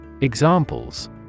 Examples